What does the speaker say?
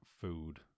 food